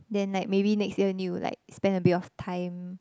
then like maybe next year need to like spend a bit of time